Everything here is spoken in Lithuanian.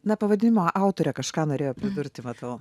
na pavadinimo autorė kažką norėjo pridurti matau